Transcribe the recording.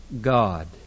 God